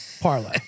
Parlay